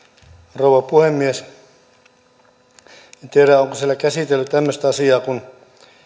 rouva puhemies en tiedä onko siellä käsitelty tämmöistä asiaa kun